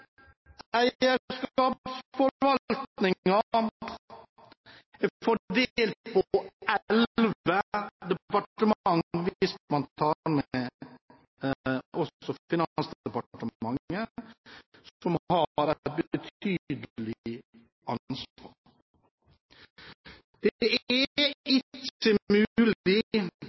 fordelt på 11 departementer hvis man også tar med Finansdepartementet, som har et betydelig ansvar. Det er ikke mulig